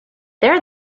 there